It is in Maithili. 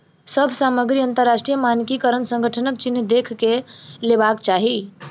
सभ सामग्री अंतरराष्ट्रीय मानकीकरण संगठनक चिन्ह देख के लेवाक चाही